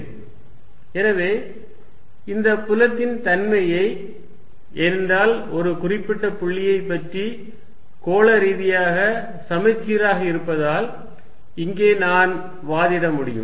Er14π0Qr214π0QR2 எனவே இந்த புலத்தின் தன்மையை ஏனென்றால் ஒரு குறிப்பிட்ட புள்ளியைப் பற்றி கோள ரீதியாக சமசீராக இருப்பதால் இங்கே நான் வாதிட முடியும்